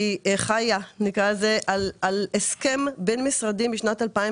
חיה על הסכם בין משרדי משנת 2015,